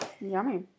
Yummy